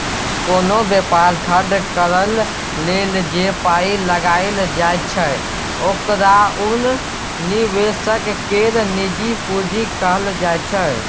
कोनो बेपार ठाढ़ करइ लेल जे पाइ लगाइल जाइ छै ओकरा उ निवेशक केर निजी पूंजी कहल जाइ छै